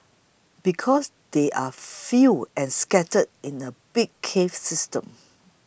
because they are few and scattered in a big cave system